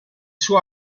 suo